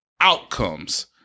outcomes